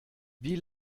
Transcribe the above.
wie